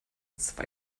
zwei